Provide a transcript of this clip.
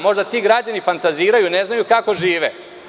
Možda ti građani fantaziraju, ne znaju kako žive.